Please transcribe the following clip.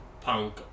punk